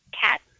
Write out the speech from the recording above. cat